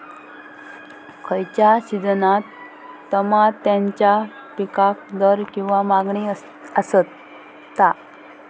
खयच्या सिजनात तमात्याच्या पीकाक दर किंवा मागणी आसता?